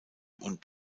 und